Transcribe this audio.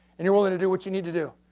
and you're willing to do what you need to do.